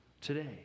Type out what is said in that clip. today